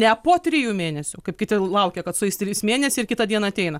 ne po trijų mėnesių kaip kiti laukia kad sueis trys mėnesiai ir kitą dieną ateina